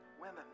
women